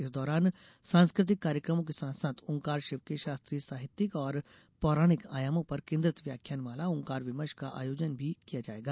इस दौरान सांस्कृतिक कार्यकमों के साथ साथ ओंकार शिव के शास्त्रीय साहित्यिक और पौराणिक आयामों पर केंद्रित व्याख्यानमाला ओंकार विमर्श का आयोजन भी किया जायेगा